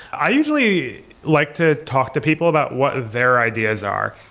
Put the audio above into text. i usually like to talk to people about what their ideas are.